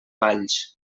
valls